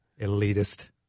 Elitist